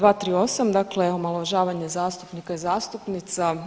238. dakle omalovažavanje zastupnika i zastupnica.